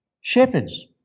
shepherds